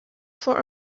for